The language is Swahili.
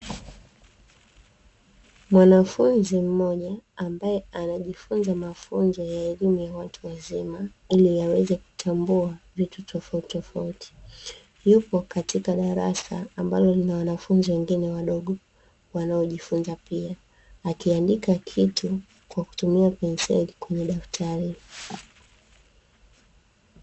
Mwanafunzi mmoja ambaye anajifunza mafunzo ya elimu ya watu wazima, ili aweze kutambua vitu tofautitofauti, yupo katika darasa, ambalo lina wanafunzi wengine wadogo wanaojifunza pia, akiandika kitu Kwa kutumia penseli kwenye daftari.